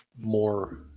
more